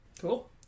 Cool